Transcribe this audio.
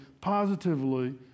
positively